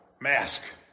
mask